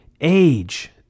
age